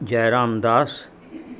Jairam Das